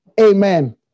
Amen